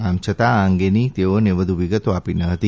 આમ છતાં આ અંગેની તેઓએ વધુ વિગતો આપી ન હતી